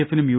എഫിനും യു